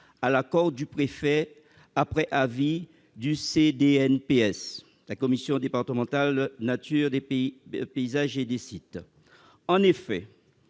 l'accord du préfet après avis de la commission départementale de la nature, des paysages et des sites. En effet,